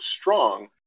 strong